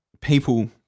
people